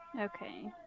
Okay